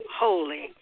holy